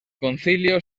concilio